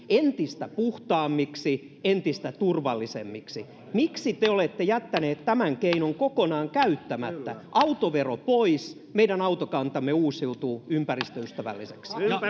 entistä puhtaammaksi entistä turvallisemmaksi miksi te olette jättäneet tämän keinon kokonaan käyttämättä autovero pois meidän autokantamme uusiutuu ympäristöystävälliseksi